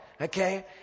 okay